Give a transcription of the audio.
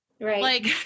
Right